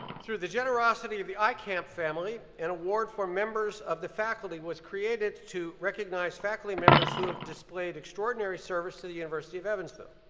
through the generosity of the eykamp family, an award for members of the faculty was created to recognize faculty members who have displayed extraordinary service to the university of evansville.